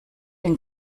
denn